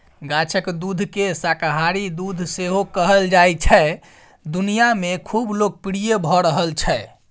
गाछक दुधकेँ शाकाहारी दुध सेहो कहल जाइ छै दुनियाँ मे खुब लोकप्रिय भ रहल छै